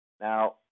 Now